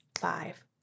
five